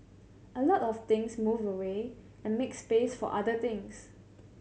a lot of things move away and make space for other things